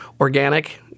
organic –